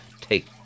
Take